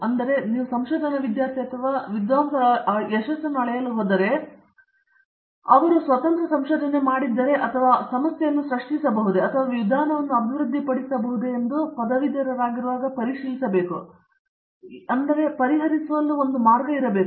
ಆದ್ದರಿಂದ ನೀವು ಸಂಶೋಧನಾ ವಿದ್ಯಾರ್ಥಿ ಅಥವಾ ಸಂಶೋಧನಾ ವಿದ್ವಾಂಸರ ಯಶಸ್ಸನ್ನು ಅಳೆಯಲು ಹೋದರೆ ಅವನು ಅಥವಾ ಅವಳು ಕೆಲವು ಸ್ವತಂತ್ರ ಸಂಶೋಧನೆ ಮಾಡಿದ್ದರೆ ಅವನು ಅಥವಾ ಅವಳು ಸಮಸ್ಯೆಯನ್ನು ಸೃಷ್ಟಿಸಬಹುದೆ ಅಥವಾ ವಿಧಾನವನ್ನು ಅಭಿವೃದ್ಧಿಪಡಿಸಬಹುದೆ ಎಂದು ನೀವು ಪದವೀಧರರಾಗಿರುವಾಗ ಪರಿಶೀಲಿಸಬೇಕು ಅಥವಾ ಸಮಸ್ಯೆಯನ್ನು ಪರಿಹರಿಸಲು ಒಂದು ಮಾರ್ಗವಾಗಿದೆ